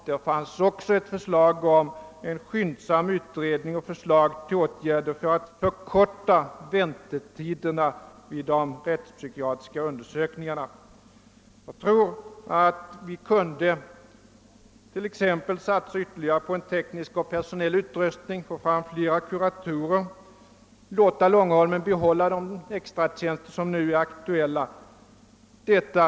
Det fanns också ett förslag om en skyndsam utredning och förslag till åtgärder för att förkorta väntetiderna vid de rättspsykiatriska undersökningarna. — Jag tror att vi skulle kunna satsa ytterligare på en teknisk och personell upprustning, på att få fram flera kuratorer samt låta Långholmen behålla de extra läkartjänster som det är aktuellt att flytta.